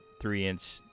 three-inch